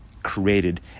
created